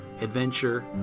adventure